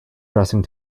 dressing